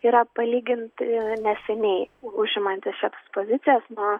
yra palygint neseniai užimantis šias pozicijas nuo